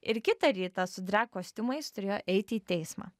ir kitą rytą su dreg kostiumais turėjo eiti į teismą